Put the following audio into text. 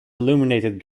illuminated